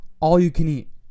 All-you-can-eat